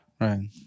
right